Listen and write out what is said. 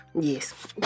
Yes